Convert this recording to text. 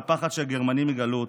מהפחד שהגרמנים יגלו אותה.